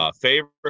Favorite